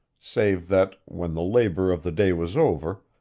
save that, when the labor of the day was over,